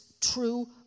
true